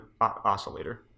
oscillator